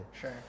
sure